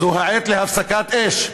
זו העת להפסקת אש.